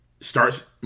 starts